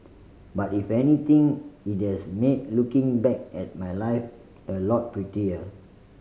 but if anything it has made looking back at my life a lot prettier